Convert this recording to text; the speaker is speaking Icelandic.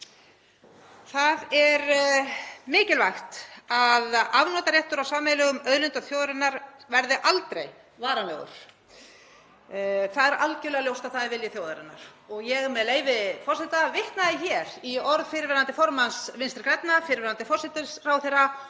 Það er mikilvægt að afnotaréttur af sameiginlegum auðlindum þjóðarinnar verði aldrei varanlegur. Það er algerlega ljóst að það er vilji þjóðarinnar. — Ég er að vitna hér í orð fyrrverandi formanns Vinstri grænna, fyrrverandi forsætisráðherra,